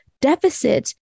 deficit